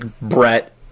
Brett